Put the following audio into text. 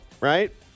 right